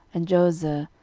and joezer,